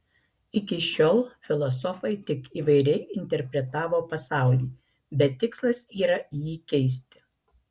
iki šiol filosofai tik įvairiai interpretavo pasaulį bet tikslas yra jį keisti